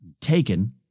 taken